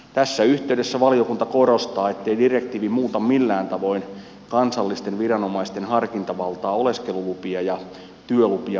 tässä yhteydessä valiokunta korostaa ettei direktiivi muuta millään tavoin kansallisten viranomaisten harkintavaltaa oleskelulupia ja työlupia myönnettäessä